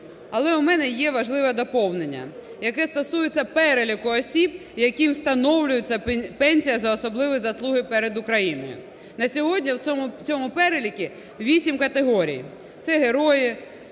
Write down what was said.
Але у мене є важливе доповнення, яке стосується переліку осіб, яким встановлюється пенсія за особливі заслуги перед Україною. На сьогодні в цьому переліку 8 категорій. Це герої,